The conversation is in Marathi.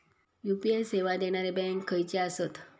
यू.पी.आय सेवा देणारे बँक खयचे आसत?